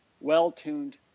well-tuned